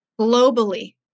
Globally